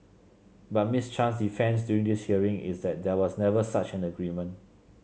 but Miss Chan's defence during this hearing is that there was never such an agreement